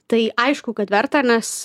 tai aišku kad verta nes